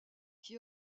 qui